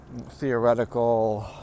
theoretical